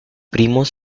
primos